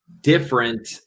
different